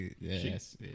Yes